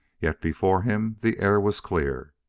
yet before him the air was clear.